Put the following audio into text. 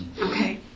Okay